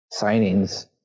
signings